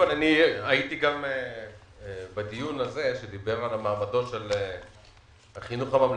הייתי בדיון שדובר בו על מעמדו החינוך הממלכתי.